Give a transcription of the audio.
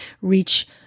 reach